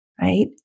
right